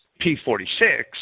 P46